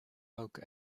poke